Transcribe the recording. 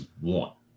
want